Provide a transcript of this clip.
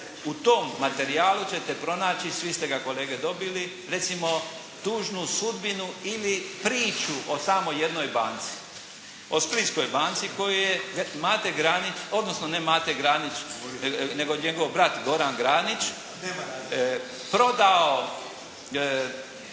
U tom materijalu ćete pronaći, svi ste ga kolege dobili, recimo tužnu sudbinu ili priču o samo jednoj banci. O Splitskoj banci koju je Mate Granić, odnosno ne Mate Granić nego njegov brat Goran Granić prodao